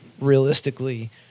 realistically